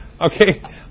Okay